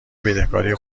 بدهکاری